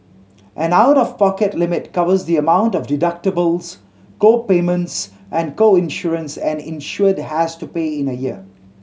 an out of pocket limit covers the amount of deductibles co payments and co insurance an insured has to pay in a year